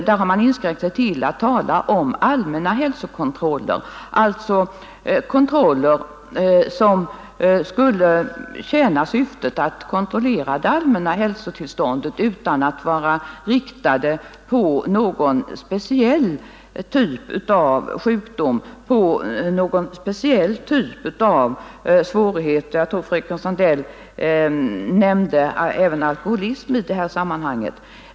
Där har man inskränkt sig till att tala om allmänna hälsokontroller, alltså kontroller som kunde tjäna syftet att kontrollera det allmänna hälsotillståndet utan att vara riktade på någon speciell typ av sjukdom eller annan svårighet — jag tror att fröken Sandell nämnde även alkoholism i detta sammanhang.